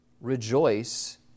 Rejoice